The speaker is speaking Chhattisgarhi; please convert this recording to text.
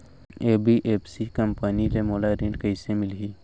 एन.बी.एफ.सी कंपनी ले मोला ऋण कइसे मिलही?